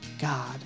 God